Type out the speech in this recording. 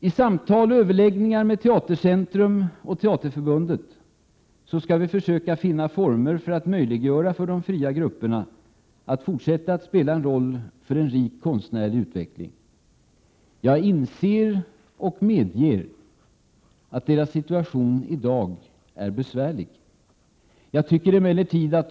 I samtal och överläggningar med Teatercentrum och Teaterförbundet skall vi försöka finna former för att möjliggöra för de fria grupperna att fortsätta att spela en roll för en rik konstnärlig utveckling. Jag inser och medger att deras situation i dag är besvärlig.